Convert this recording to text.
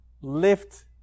lift